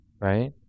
right